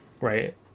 right